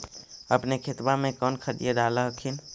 अपने खेतबा मे कौन खदिया डाल हखिन?